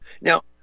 Now